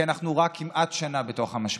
כי אנחנו רק כמעט שנה בתוך המשבר.